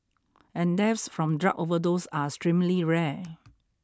and deaths from drug overdose are extremely rare